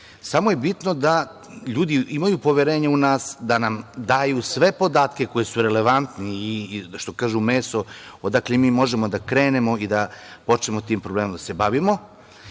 samo je bitno da ljudi imaju poverenja u nas da nam daju sve podatke koji su relevantni i što kažu – meso, odakle mi možemo da krenemo i da počnemo tim problemom da se bavimo.